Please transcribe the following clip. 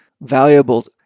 valuable